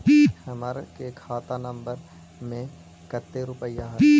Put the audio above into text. हमार के खाता नंबर में कते रूपैया है?